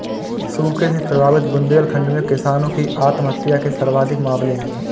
सूखे से प्रभावित बुंदेलखंड में किसानों की आत्महत्या के सर्वाधिक मामले है